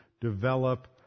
develop